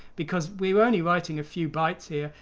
because we were only writing a few bytes here.